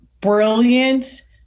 brilliant